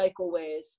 cycleways